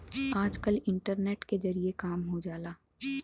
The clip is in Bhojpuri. आजकल इन्टरनेट के जरिए काम हो जाला